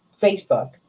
Facebook